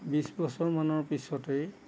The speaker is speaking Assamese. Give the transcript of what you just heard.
বিছ বছৰমানৰ পিছতেই